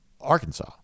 Arkansas